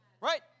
Right